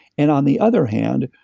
and, on the other hand,